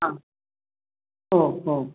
हां हो हो